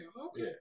Okay